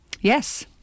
yes